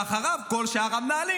ואחריו כל שאר המנהלים,